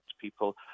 People